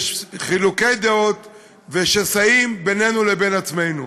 יש חילוקי דעות ושסעים בינינו לבין עצמנו.